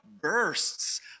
bursts